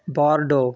बोर्डो